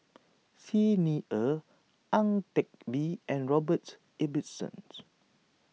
Xi Ni Er Ang Teck Bee and Robert Ibbetson